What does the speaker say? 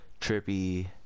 Trippy